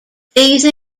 these